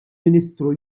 ministru